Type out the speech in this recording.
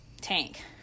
tank